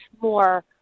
more